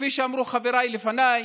כפי שאמרו חבריי לפניי,